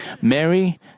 Mary